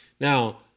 Now